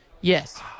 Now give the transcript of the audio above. Yes